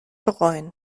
bereuen